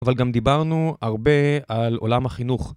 אבל גם דיברנו הרבה על עולם החינוך.